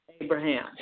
Abraham